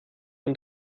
und